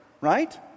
right